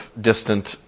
distant